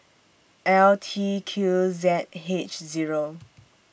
L T Q Z H Zero